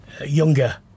younger